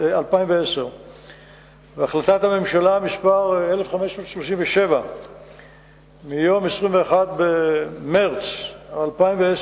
והחלטת הממשלה מס' 1537 מיום 21 במרס 2010,